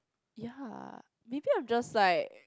ya maybe I'm just like